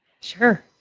Sure